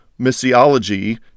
missiology